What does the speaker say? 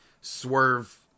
Swerve